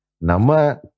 nama